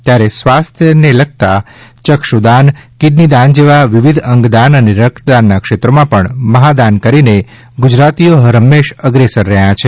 ત્યારે સ્વાસ્થ્ય લગતા ચક્ષુદાન કિડની દાન જેવા વિવિધ અંગદાન અને રક્તદાનના ક્ષેત્રોમાં પણ મહાદાન કરીને ગુજરાતીઓ હર હંમેશા અગ્રેસર રહ્યા છે